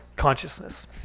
consciousness